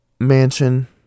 mansion